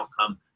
outcome